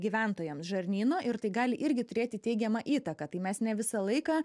gyventojams žarnyno ir tai gali irgi turėti teigiamą įtaką tai mes ne visą laiką